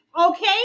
Okay